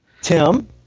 Tim